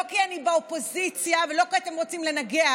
לא כי אני באופוזיציה ולא כי אתם רוצים לנגח,